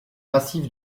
massif